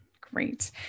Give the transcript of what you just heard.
Great